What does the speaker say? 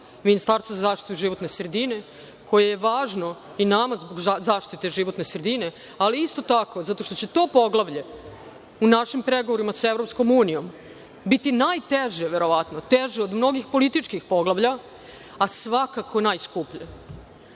Ministarstvo za zaštitu životne sredine koje je važno i nama zbog zaštite životne sredine, ali isto tako zato što će to poglavlje u našim pregovorima sa EU bit najteže verovatno, teže od političkih poglavlja, a svakako najskuplje. Tako